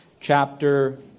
chapter